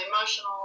emotional